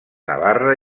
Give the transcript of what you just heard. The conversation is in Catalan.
navarra